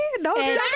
No